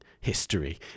history